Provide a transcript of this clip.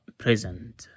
present